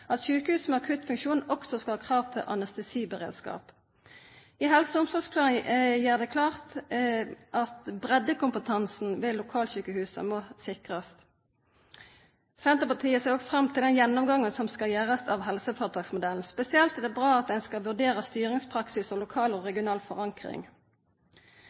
at sjukehus med akuttfunksjon også skal ha krav til anestesiberedskap. Helse- og omsorgsplanen gjer det klart at breiddekompetansen ved lokalsjukehusa må sikrast. Senterpartiet ser fram til den gjennomgangen som skal gjerast av helseføretaksmodellen. Spesielt er det bra at ein skal vurdera styringspraksis og lokal og regional forankring.